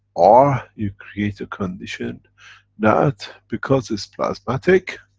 or, you create a condition that, because it's plasmatic,